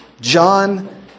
John